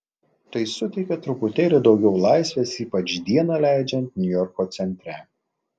tai suteikia truputėlį daugiau laisvės ypač dieną leidžiant niujorko centre